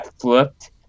flipped